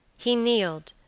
he kneeled,